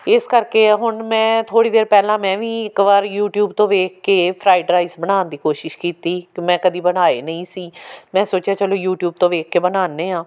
ਇਸ ਕਰਕੇ ਹੁਣ ਮੈਂ ਥੋੜ੍ਹੀ ਦੇਰ ਪਹਿਲਾਂ ਮੈਂ ਵੀ ਇੱਕ ਵਾਰ ਯੂਟੀਊਬ ਤੋਂ ਦੇਖ ਕੇ ਫਰਾਈਡ ਰਾਈਸ ਬਣਾਉਣ ਦੀ ਕੋਸ਼ਿਸ਼ ਕੀਤੀ ਕਿ ਮੈਂ ਕਦੇ ਬਣਾਏ ਨਹੀਂ ਸੀ ਮੈਂ ਸੋਚਿਆ ਚਲੋ ਯੂਟੀਊਬ ਤੋਂ ਦੇਖ ਕੇ ਬਣਾਉਂਦੇ ਹਾਂ